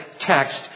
text